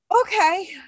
Okay